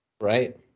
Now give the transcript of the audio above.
right